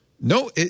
No